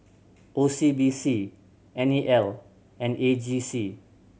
O C B C N E L and A G C